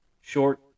short